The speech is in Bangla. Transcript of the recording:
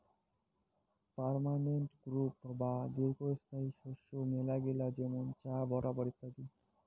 পার্মালেন্ট ক্রপ বা দীর্ঘস্থায়ী শস্য মেলাগিলা যেমন চা, রাবার ইত্যাদি